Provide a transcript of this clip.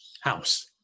House